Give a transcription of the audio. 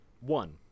One